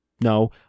no